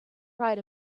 right